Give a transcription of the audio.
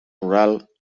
rural